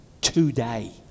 today